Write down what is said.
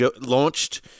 launched